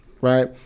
right